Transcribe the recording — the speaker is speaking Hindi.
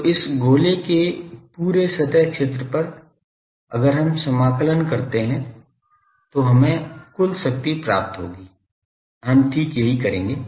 तो इस गोले के पूरे सतह क्षेत्र पर अगर हम समाकलन कर सकते हैं तो हमें कुल शक्ति प्राप्त होगी हम ठीक यही करेंगे